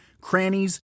crannies